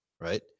Right